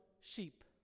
sheep